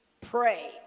pray